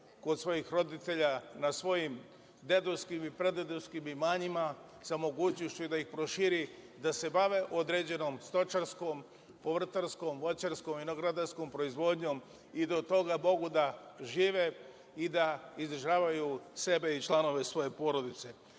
kod svojih roditelja na svojim dedovskim i pradedovskim imanjima, sa mogućnošću da ih prošire, da se bave određenom stočarskom, povrtarskom, voćarskom, vinogradarskom proizvodnjom i da od toga mogu da žive i da izdržavaju sebe i članove svoje porodice. Na